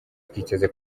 twiteze